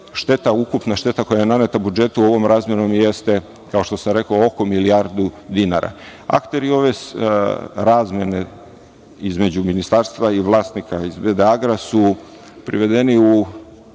i ukupna šteta koja je naneta budžetu ovom razmenom jeste, kao što sam rekao, oko milijardu dinara. Akteri ove razmene između ministarstva i vlasnika iz „BD Agra“ su privedeni